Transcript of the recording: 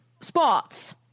spots